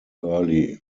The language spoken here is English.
early